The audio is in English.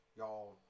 Y'all